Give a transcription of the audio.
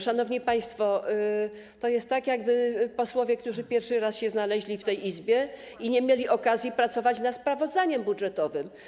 Szanowni państwo, to jest tak, jakby posłowie pierwszy raz się znaleźli w tej Izbie i nie mieli okazji pracować nad sprawozdaniem budżetowym.